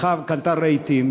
הלכה וקנתה רהיטים,